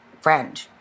friend